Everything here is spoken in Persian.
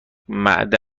معده